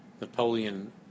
Napoleon